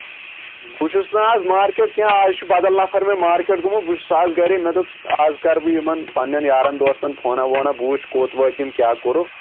بہٕ چھُس نہٕ آز مارکیٹ کیٚنہہ آز چھُ بدل نَفر مےٚ مارکیٹ گوٚمُت بہٕ چھُس آز گرے مےٚ دوٚپ آز کرٕ بہٕ یِمَن پَنٛنٮ۪ن یارَن دوستن فونہ وونہ بہٕ وٕچھِ کوٚت وٲتۍ یِم کیٛاہ کوٚرُکھ